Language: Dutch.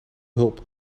hulp